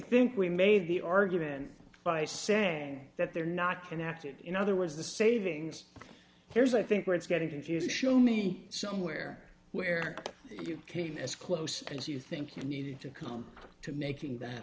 think we made the argument by saying that they're not connected in other words the savings here's i think where it's getting confusing show me somewhere where you came as close as you think you needed to come to making that